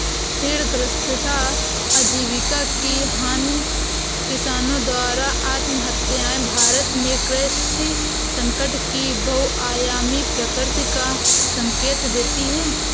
ऋणग्रस्तता आजीविका की हानि किसानों द्वारा आत्महत्याएं भारत में कृषि संकट की बहुआयामी प्रकृति का संकेत देती है